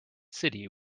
city